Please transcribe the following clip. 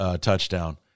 touchdown